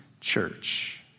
church